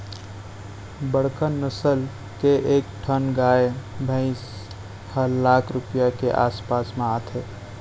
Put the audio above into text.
बड़का नसल के एक ठन गाय भईंस ह लाख रूपया के आस पास म आथे